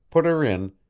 put her in,